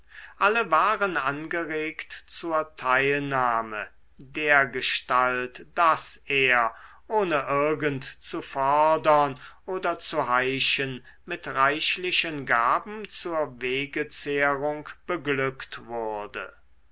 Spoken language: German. alle waren angeregt zur teilnahme dergestalt daß er ohne irgend zu fordern oder zu heischen mit reichlichen gaben zur wegezehrung beglückt wurde